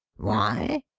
why?